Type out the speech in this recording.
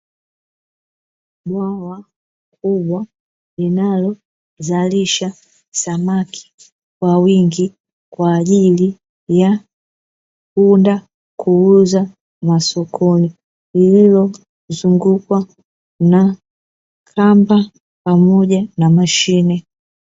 Bwawa kubwa linalo zalisha samaki kwa wingi, kwaajili ya kwenda kuuza sokoni lililo zungukwa na kamba pamoja na mashine.